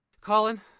Colin